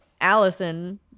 Allison